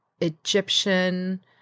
Egyptian